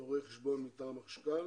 לרואה חשבון מטעם החשב הכללי